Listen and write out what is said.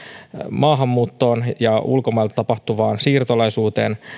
maahanmuuttoon ja ulkomailta tapahtuvaan siirtolaisuuteen